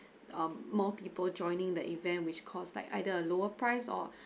um more people joining the event which caused like either a lower price or